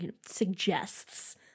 suggests